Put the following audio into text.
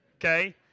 Okay